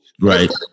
Right